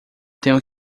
tenho